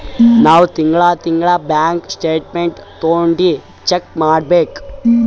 ನಾವ್ ತಿಂಗಳಾ ತಿಂಗಳಾ ಬ್ಯಾಂಕ್ ಸ್ಟೇಟ್ಮೆಂಟ್ ತೊಂಡಿ ಚೆಕ್ ಮಾಡ್ಬೇಕ್